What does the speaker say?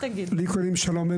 מירב, תקשיבי לתשובה.